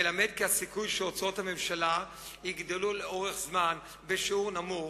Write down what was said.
מלמד כי הסיכוי שהוצאות הממשלה יגדלו לאורך זמן בשיעור נמוך,